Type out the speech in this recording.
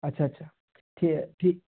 আচ্ছা আচ্ছা ঠিক ঠিক